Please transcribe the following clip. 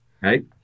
right